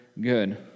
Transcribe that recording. good